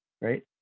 right